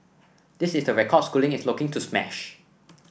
this is the record Schooling is looking to smash